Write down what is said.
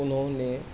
انہوں نے